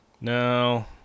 No